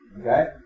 Okay